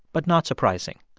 but not surprising.